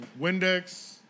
Windex